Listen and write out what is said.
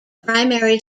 primary